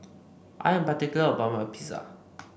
I am particular about my Pizza